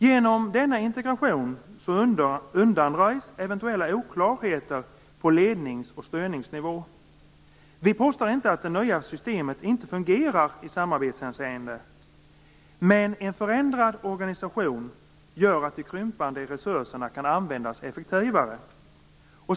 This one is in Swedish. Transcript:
Genom denna integration undanröjs eventuella oklarheter på lednings och styrningsnivå. Vi påstår inte att det nya systemet inte fungerar i samarbetshänseende, men en förändrad organisation gör att de krympande resurserna kan användas effektivare.